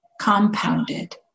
Compounded